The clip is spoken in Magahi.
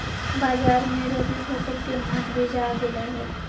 बाजार मे रबी फसल के उन्नत बीज आ गेलय हें